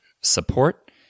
support